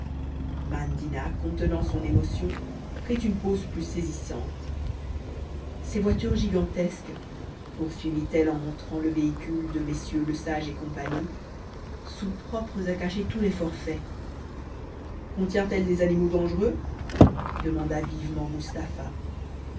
mandina contenant son émotion prit une pose plus saisissante ces voitures gigantesques poursuivit-elle en montrant le véhicule de mm lesage et cie sont propres à cacher tous les forfaits contient elle des animaux dangereux demanda vivement mustapha